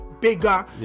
bigger